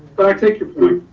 but i take your point.